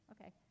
Okay